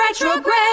retrograde